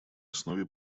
основе